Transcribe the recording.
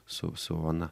su su ona